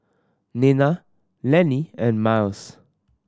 Nena Lanny and Myles